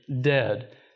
dead